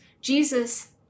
Jesus